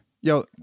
Yo